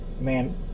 man